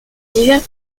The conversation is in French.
divers